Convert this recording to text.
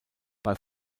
bei